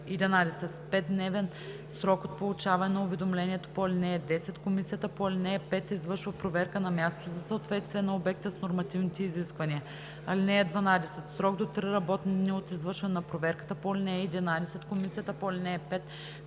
(11) В 5-дневен срок от получаване на уведомлението по ал. 10, комисията по ал. 5 извършва проверка на място за съответствие на обекта с нормативните изисквания. (12) В срок до три работни дни от извършване на проверката по ал. 11 комисията по ал. 5